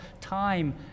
time